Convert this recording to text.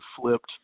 flipped